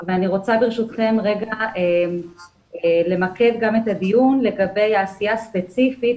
וברשותכם אני רוצה למקד גם את הדיון לגבי עשייה ספציפית.